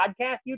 podcast